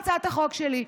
זו הצעת החוק שלי.